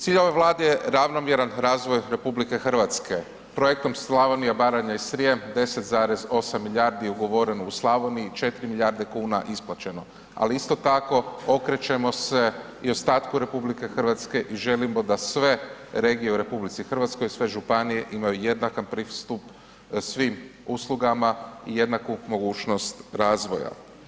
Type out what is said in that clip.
Cilj ove Vlade je ravnomjeran razvoj RH, Projektom Slavonija, Baranja i Srijem 10,8 milijardi je ugovoreno u Slavoniji 4 milijarde kuna isplaćeno, ali isto tako okrećemo se i ostatku RH i želimo da sve regije u RH, sve županije imaju jednaki pristup svim uslugama i jednaku mogućnost razvoja.